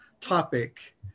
topic